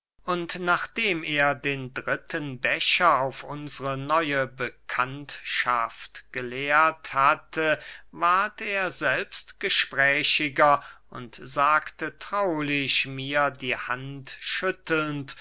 und nachdem er den dritten becher auf unsre neue bekanntschaft geleert hatte ward er selbst gesprächiger und sagte traulich mir die hand schüttelnd